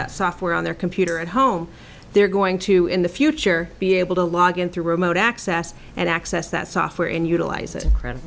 that software on their computer at home they're going to in the future be able to log in through remote access and access that software and utilize it